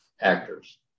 actors